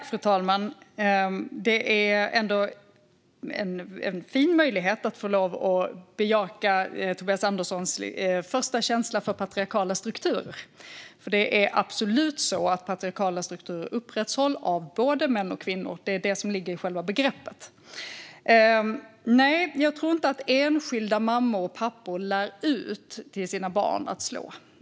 Fru talman! Det är ändå en fin möjlighet att få bejaka Tobias Anderssons första känsla för patriarkala strukturer, för det är absolut så att patriarkala strukturer upprätthålls av både män och kvinnor. Det är det som ligger i själva begreppet. Nej, jag tror inte att enskilda mammor och pappor lär ut till sina barn att slå.